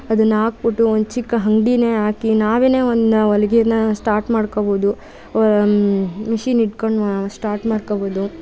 ಅದನ್ನು ಹಾಕ್ಬಿಟ್ಟು ಒಂದು ಚಿಕ್ಕ ಅಂಗ್ಡಿನೇ ಹಾಕಿ ನಾವೆನೇ ಒಂದು ಹೊಲಿಗೆನ ಸ್ಟಾರ್ಟ್ ಮಾಡ್ಕೊಬೋದು ಮಿಷಿನ್ ಹಿಡ್ಕೊಂಡು ಸ್ಟಾರ್ಟ್ ಮಾಡ್ಕೊಬೋದು